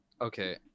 Okay